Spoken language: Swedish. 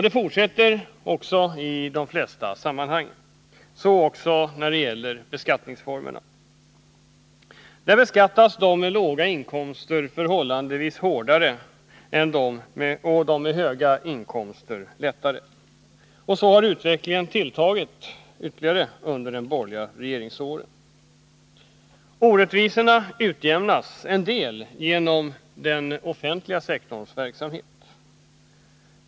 Det fortsätter i de flesta sammanhang, så också när det gäller beskattningsformer. De som har låga inkomster beskattas förhållandevis hårdare än de som har höga inkomster. Så har utvecklingen fortsatt under de borgerliga regeringsåren. Orättvisorna utjämnas en del genom den offentliga sektorns verksamhet.